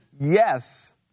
Yes